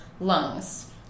Lungs